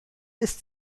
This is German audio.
ist